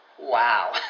wow